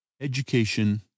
Education